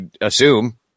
assume